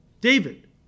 David